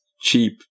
cheap